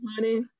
money